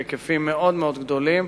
בהיקפים מאוד מאוד גדולים,